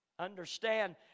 Understand